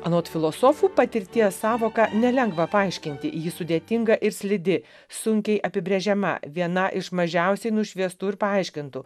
anot filosofų patirties sąvoką nelengva paaiškinti ji sudėtinga ir slidi sunkiai apibrėžiama viena iš mažiausiai nušviestų ir paaiškintų